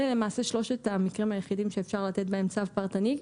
אלה הם למעשה שלושת המקרים היחידים שבהם אפשר לתת צו פרטני.